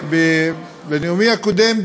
בנאומי הקודם,